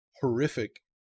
horrific